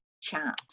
chat